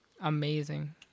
Amazing